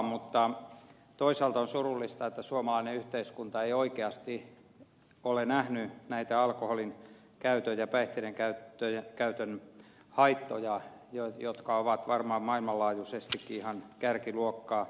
mutta toisaalta on surullista että suomalainen yhteiskunta ei oikeasti ole nähnyt näitä alkoholin käytön ja päihteiden käytön haittoja jotka ovat varmaan maailmanlaajuisestikin ihan kärkiluokkaa